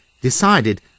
decided